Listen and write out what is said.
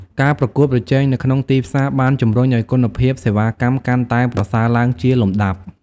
ការប្រកួតប្រជែងនៅក្នុងទីផ្សារបានជំរុញឲ្យគុណភាពសេវាកម្មកាន់តែប្រសើរឡើងជាលំដាប់។